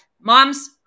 moms